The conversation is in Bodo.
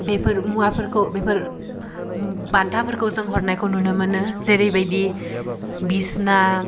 बेफोर मुवाफोरखौ बेफोर बान्थाफोरखौ जों हरनायखौ नुनो मोनो जेरैबायदि बिसना